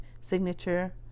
signature